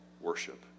worship